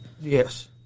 Yes